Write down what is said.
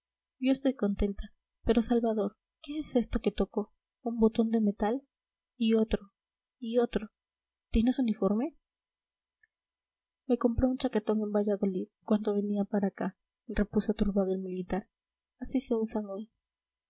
yo estoy contenta pero salvador qué es esto que toco un botón de metal y otro y otro tienes uniforme me compré un chaquetón en valladolid cuando venía para acá repuso turbado el militar así se usan hoy